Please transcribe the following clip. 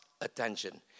attention